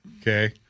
Okay